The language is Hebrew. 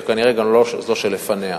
וכנראה גם לא של זו שלפניה.